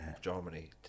Germany